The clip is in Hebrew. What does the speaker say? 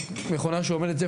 המכונה שעומדת,